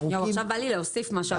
וואו עכשיו בא לי להוסיף משהו.